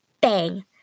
Bang